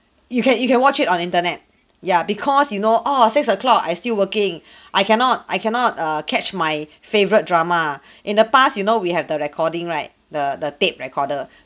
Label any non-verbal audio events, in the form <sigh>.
you can you can watch it on internet ya because you know oh six o'clock I still working <breath> I cannot I cannot err catch my <breath> favourite drama <breath> in the past you know we have the recording right the the tape recorder <breath>